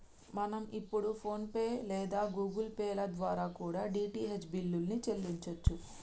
మనం ఇప్పుడు PhonePe లేదా గుగుల్ పే ల ద్వారా కూడా డీ.టీ.హెచ్ బిల్లుల్ని చెల్లించచ్చు